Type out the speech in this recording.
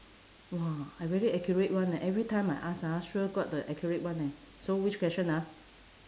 !wah! I very accurate [one] eh every time I ask ah sure got the accurate one eh so which question ah